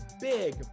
big